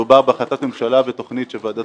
מדובר בהחלטת ממשלה בתוכנית שוועדת